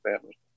family